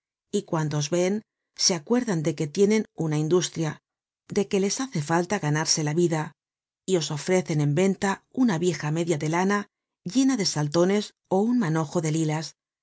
y cuando os ven se acuerdan de que tienen una industria de que les hace falta ganarse la vida y os ofrecen en venta una vieja media de lana llena de saltones ó un manojo de lilas